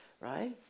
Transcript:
right